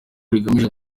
rigamije